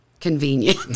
convenient